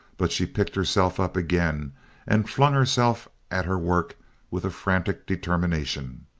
but she picked herself up again and flung herself at her work with a frantic determination.